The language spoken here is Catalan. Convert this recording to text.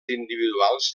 individuals